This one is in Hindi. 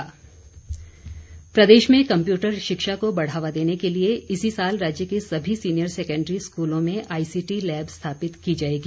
संकल्प प्रदेश में कंप्यूटर शिक्षा को बढ़ावा देने के लिए इसी साल राज्य के सभी सीनियर सेकेंडरी स्कूलों में आईसीटी लैब स्थापित की जाएगी